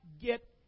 get